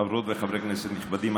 חברות וחברי כנסת נכבדים,